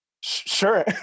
Sure